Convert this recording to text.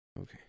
Okay